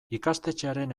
ikastetxearen